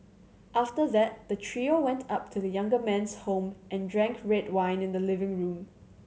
after that the trio went up to the younger man's home and drank red wine in the living room